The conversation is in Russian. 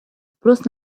спрос